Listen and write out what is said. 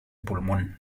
pulmón